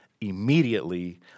immediately